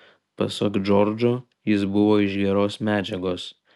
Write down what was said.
pasak džordžo jis buvo iš geros medžiagos